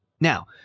Now